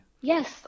Yes